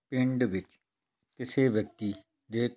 ਪਿੰਡ ਵਿੱਚ ਕਿਸੇ ਵਿਅਕਤੀ ਦੇ